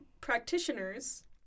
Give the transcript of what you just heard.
practitioners